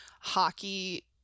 hockey